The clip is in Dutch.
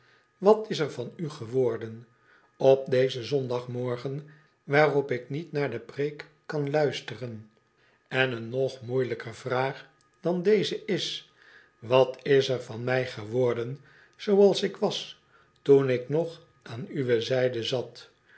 wat is er van ü geworden op dezen zondagmorgen waarop ik niet naar de preek kan luisteren en een nog moeie ijker vraag dan deze is wat is er van mij geworden zooals ik was toen ik nog aan uwe zijde zat